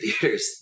theaters